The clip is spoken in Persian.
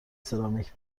سرامیک